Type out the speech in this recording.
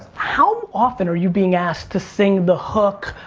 how often are you being asked to sing the hook,